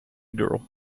girl